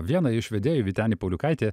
vieną iš vedėjų vytenį pauliukaitį